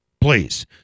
Please